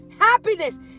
happiness